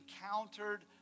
encountered